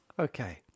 Okay